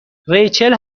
ریچل